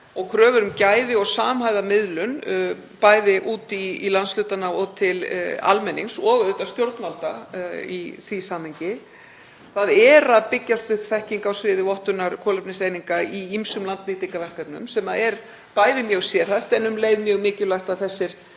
og kröfur um gæði og samhæfða miðlun, bæði út í landshlutana og til almennings og auðvitað stjórnvalda í því samhengi. Það er að byggjast upp þekking á sviði vottunar kolefniseininga í ýmsum landnýtingarverkefnum sem er mjög sérhæfð, en um leið er mjög mikilvægt að þessir